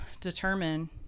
determine